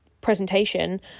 presentation